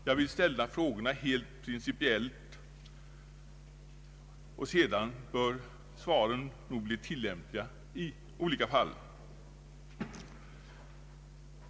Jag ställer frågorna helt principiellt, och sedan bör svaren bli tillämpliga i olika fall.